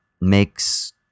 makes